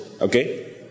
Okay